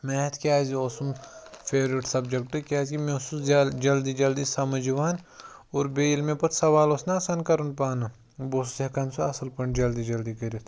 math کیازِ اوسُم favourite سَبجَکٹہٕ کیازِکہِ مےٚ اوٗس سُہ زیادٕ جلدی جلدی سَمٕجھ یِوان اور بیٚیہِ ییٚلہِ مےٚ پَتہٕ سوال اوٗس نہ آسان کَرُن پانہٕ بہٕ اوسُس ہیٚکان سُہ اصٕل پٲٹھۍ جلدی جلدی کٔرِتھ